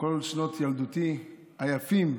בכל שנות ילדותי היפות.